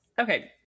Okay